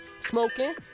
smoking